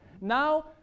now